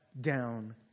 down